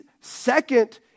second